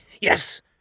Yes